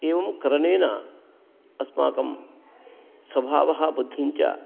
एवं करणेन अस्माकं स्वभावः बुद्धिञ्च